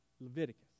Leviticus